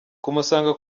kumusanga